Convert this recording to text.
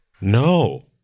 No